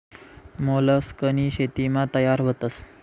मोलस्कनी शेतीमा तयार व्हतस